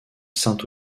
saint